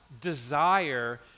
desire